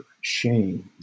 shame